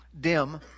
dim